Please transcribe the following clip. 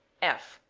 f.